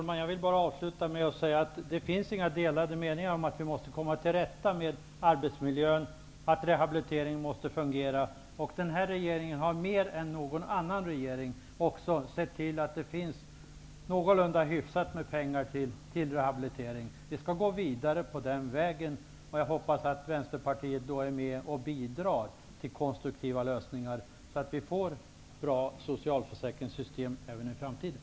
Herr talman! Det finns inga delade meningar om att det är nödvändigt att komma till rätta med problemen i arbetsmiljön och att rehabilitieringen måste fungera. Den här regeringen har mer än någon annan regering också sett till att det finns någorlunda hyfsat med pengar till rehabilitering. Vi skall gå vidare på den vägen. Jag hoppas att Vänsterpartiet då är med och bidrar till konstruktiva lösningar så att vi kan få bra socialförsäkringssystem även i framtiden.